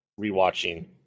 rewatching